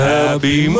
Happy